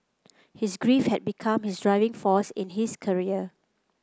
his grief had become his driving force in his career